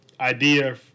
idea